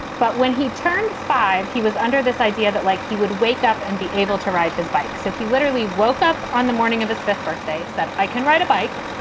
but when he turned five, he was under this idea that like he would wake up and be able to ride his bike. so he literally woke up on the morning of his fifth birthday so that i can ride a bike,